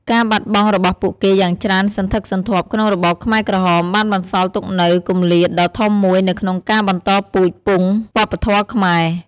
ការបាត់បង់របស់ពួកគេយ៉ាងច្រើនសន្ធឹកសន្ធាប់ក្នុងរបបខ្មែរក្រហម បានបន្សល់ទុកនូវគម្លាតដ៏ធំមួយនៅក្នុងការបន្តពូជពង្សវប្បធម៌ខ្មែរ។